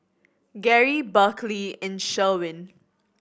Gary Berkley and Sherwin